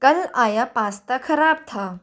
कल आया पास्ता ख़राब था